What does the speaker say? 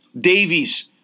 Davies